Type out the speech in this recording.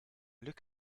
luke